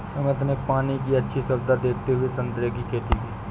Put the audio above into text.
सुमित ने पानी की अच्छी सुविधा देखते हुए संतरे की खेती की